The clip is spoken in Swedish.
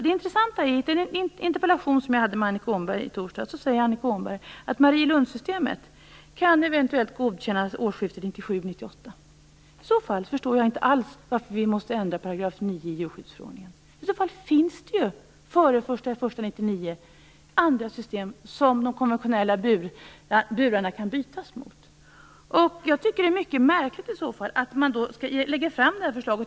Det intressanta är att Annika Åhnberg i en interpellationsdebatt som jag förde med henne i torsdags sade att Marielundssystemet eventuellt kan godkännas vid årsskiftet 1997-1998. I så fall förstår jag inte alls varför vi måste ändra 9 § i djurskyddsförordningen. I så fall finns det ju före den 1 januari 1999 andra system, som de konventionella burarna kan bytas ut emot. Jag tycker att det då är mycket märkligt att man lägger fram detta förslag.